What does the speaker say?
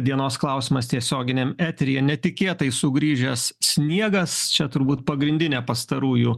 dienos klausimas tiesioginiam eteryje netikėtai sugrįžęs sniegas čia turbūt pagrindinė pastarųjų